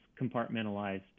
compartmentalized